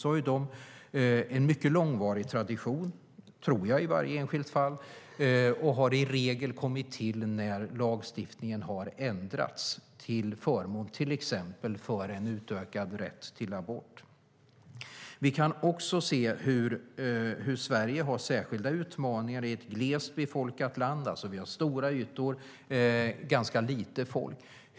Det finns en mycket långvarig tradition, tror jag, i varje enskilt fall. Och dessa har i regel kommit till när lagstiftningen har ändrats till förmån för till exempel en utökad rätt till abort. Vi kan också se att Sverige har särskilda utmaningar. Det är ett glest befolkat land. Vi har stora ytor och ganska lite folk.